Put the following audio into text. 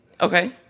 okay